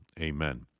Amen